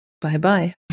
bye-bye